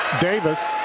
Davis